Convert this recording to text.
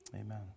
Amen